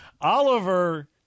oliver